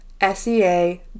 S-E-A